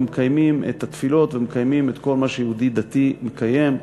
ומקיימים את התפילות ומקיימים את כל מה שיהודי דתי מקיים.